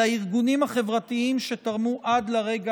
לארגונים החברתיים שתרמו עד לרגע